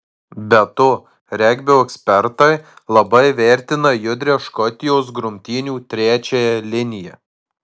be to regbio ekspertai labai vertina judrią škotijos grumtynių trečiąją liniją